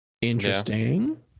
interesting